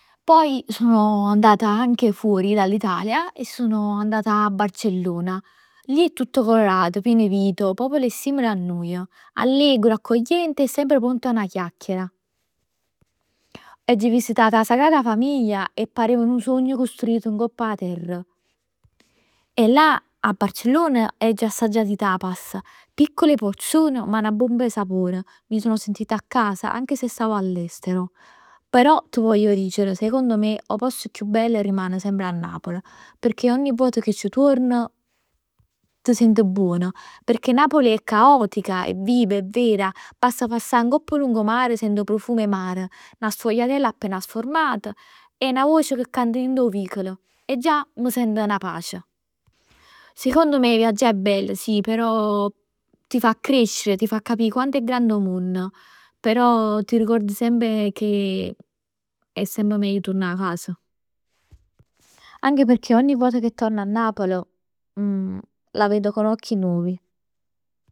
Poi sono andata anche fuori dall'Italia e sono andata a Barcellona. Lì è tutto colorato pieno 'e vita, come a nuje. Allegro, accogliente e sempre pronto 'a 'na chiacchiera. Aggio visitat 'a Sagrada Familia e parev nu sogn costruit ngopp 'a terr. E là a Barcellona agg'assaggiat 'e tapas. Piccole porzioni, ma 'na bomba 'e sapore. Mi sono sentita a casa anche se stavo all'estero. Però t' pozz dicere secondo me 'o posto chiù bello rimane semp Napl, pecchè ogni vota che c' tuorn t' sient buon. Pecchè Napoli è caotica, è viva, è vera. Basta passsà ngopp 'o lungo mare e sient 'o profumo 'e mare. 'Na sfogliatell appena sfornat e 'na voce che canta dint 'o vicolo e già m' sento 'na pace. Secondo me viaggià è bello sì, però ti fa crescere, ti fa capì quanto è grande 'o munn. Però t'arricuord semp che è semp meglio turnà 'a cas. Anche perchè ogni vot ca torn a Napl la vedo con occhi nuovi.